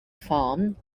farm